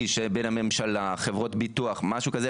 בין הממשלה לחברות הביטוח או משהו כזה,